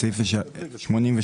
סעיף 83,